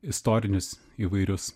istorinius įvairius